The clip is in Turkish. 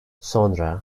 sonra